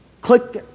click